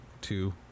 two